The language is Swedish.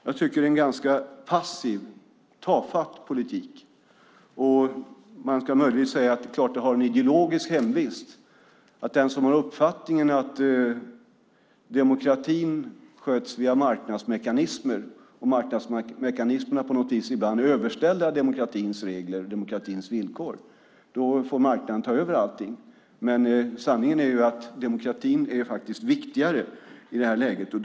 Jag tycker att det är en ganska passiv och tafatt politik. Man ska möjligtvis säga: Det är klart att det har en ideologisk hemvist. För den som har uppfattningen att demokratin sköts via marknadsmekanismer och att marknadsmekanismerna på något vis ibland är överställda demokratins regler, demokratins villkor, får marknaden ta över allting. Men sanningen är att demokratin faktiskt är viktigare i det här läget.